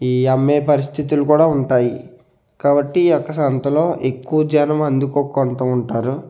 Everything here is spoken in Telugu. ఈ అమ్మే పరిస్థితులు కూడా ఉంటాయి కాబట్టి అక్కడ సంతలో ఎక్కువ జనం అందుకో కొంత ఉంటారు